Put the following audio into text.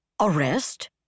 Arrest